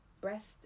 Breast